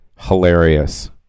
hilarious